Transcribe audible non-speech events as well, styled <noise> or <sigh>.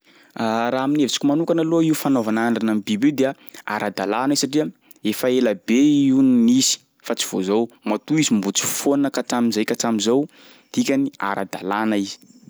<hesitation> Raha amin'ny hevitriko manokana aloha io fanaovana andrana am'biby io dia ara-dalana io satria efa ela be io no nisy fa tsy vao zao, matoa izy mbô tsy foana ka hatram'zay ka hatram'zao dikany ara-dalàna izy.